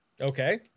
Okay